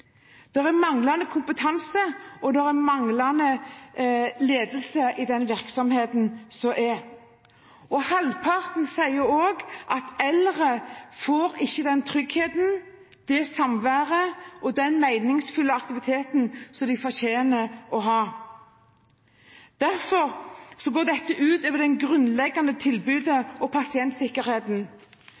er manglende kompetanse og manglende ledelse i virksomheten. Halvparten sier også at eldre ikke får den tryggheten, det samværet og den meningsfulle aktiviteten som de fortjener å ha. Derfor går dette ut over det grunnleggende tilbudet og pasientsikkerheten.